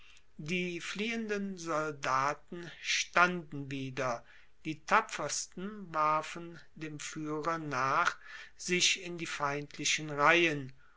die fliehenden soldaten standen wieder die tapfersten warfen dem fuehrer nach sich in die feindlichen reihen